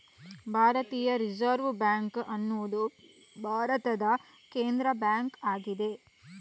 ಭಾರತೀಯ reserve bank ಅನ್ನುದು ಭಾರತದ ಕೇಂದ್ರ ಬ್ಯಾಂಕು ಆಗಿದೆ